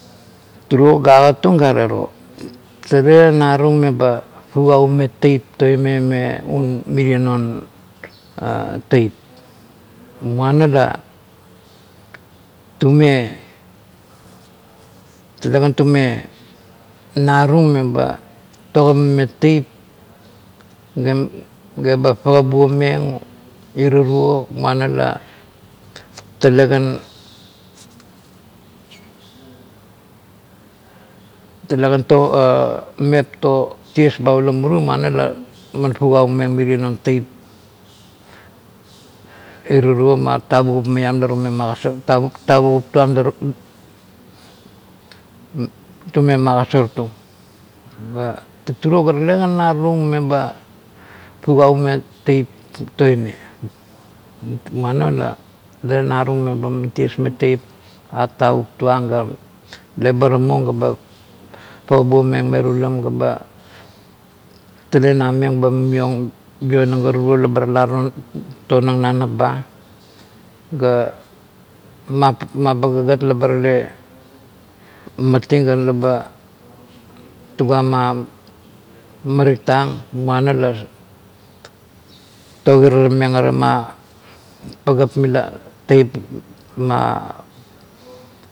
Turao ga agatung garero, tale natung meba fungaumeng teip toime me un merie non "huh" teip, moana la tume talekan tume na tiang meba togigameng teip geba fagabuo meng irariea muana la talekan talekan "to" "huh" mepto ties ba ulamuru moana la man fugaumeng mirie non teip iraruo ma tavugup maiam la tume magosar tavagup tavagup tuam la tume tume magosortung, ga tale kan natung meba fugaumeng tiep toime, moana la talenatung me ba man ties meng teip a tavuk tuang ga le ba tamung galea ragabuo meng me tulam ga, tale nameng meba mimiong meonang ga turo la ba tula tonang na nap ba, ga ma-mapaga gat laba tale mating ga laba tuguama marik tang moana la togirarameng ara irama paga mila teip ma.